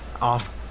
off